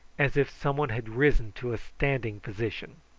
as if some one had risen to a standing position.